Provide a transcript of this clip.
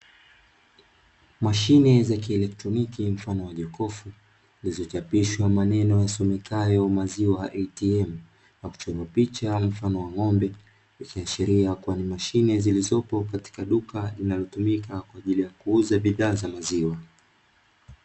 Mashine za kieletroniki mfano wa jokofu zilizochapishwa maneno yasomekayo "maziwa ATM" na picha mfano wa ng'ombe, ikiashiria ni mashine zilizopo katika duka linalotumika kwa ajili ya kuuza bidhaa za maziwa.